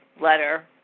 letter